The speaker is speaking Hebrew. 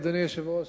אדוני היושב-ראש,